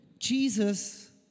Jesus